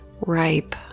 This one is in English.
ripe